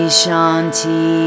shanti